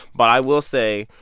but i will say,